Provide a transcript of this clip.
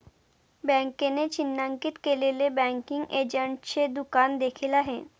बँकेने चिन्हांकित केलेले बँकिंग एजंटचे दुकान देखील आहे